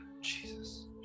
Jesus